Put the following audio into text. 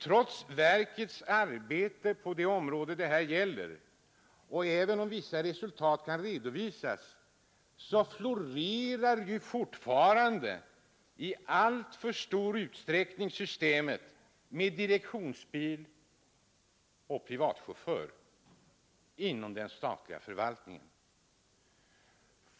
Trots verkets arbete på det område det här gäller florerar även om vissa resultat kan redovisas fortfarande i alltför stor utsträckning systemet med direktionsbil och privatchauf r inom den statliga förvaltningen.